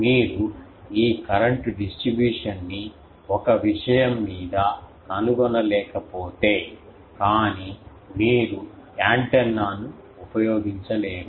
మీరు ఈ కరెంట్ డిస్ట్రిబ్యూషన్ని ఒక విషయం మీద కనుగొనలేకపోతే కానీ మీరు యాంటెన్నా ను ఉపయోగించలేరు